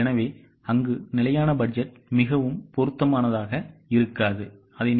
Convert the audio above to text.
எனவே அங்கு நிலையான பட்ஜெட் மிகவும் பொருத்தமானதாக இருக்காது